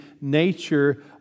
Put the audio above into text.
nature